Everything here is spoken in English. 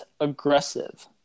aggressive